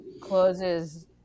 closes